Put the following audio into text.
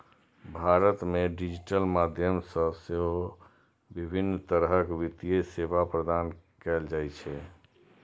भारत मे डिजिटल माध्यम सं सेहो विभिन्न तरहक वित्तीय सेवा प्रदान कैल जाइ छै